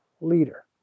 leader